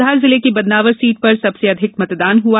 धार जिले की बदनावर सीट पर सबसे अधिक मतदान हुआ